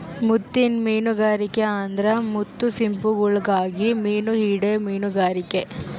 ಮುತ್ತಿನ್ ಮೀನುಗಾರಿಕೆ ಅಂದ್ರ ಮುತ್ತು ಸಿಂಪಿಗುಳುಗಾಗಿ ಮೀನು ಹಿಡೇ ಮೀನುಗಾರಿಕೆ